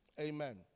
Amen